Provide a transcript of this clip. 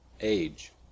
age